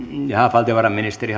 valtiovarainministeri